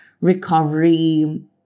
recovery